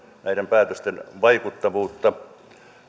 näiden päätösten vaikuttavuutta